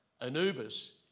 Anubis